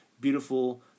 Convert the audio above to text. beautiful